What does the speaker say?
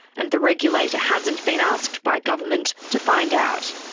and the regulator hasn't been asked by government to find out.